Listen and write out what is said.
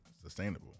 sustainable